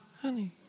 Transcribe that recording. honey